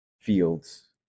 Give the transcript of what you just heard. fields